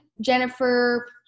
Jennifer